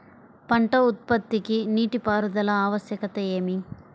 పంట ఉత్పత్తికి నీటిపారుదల ఆవశ్యకత ఏమి?